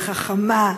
וחכמה,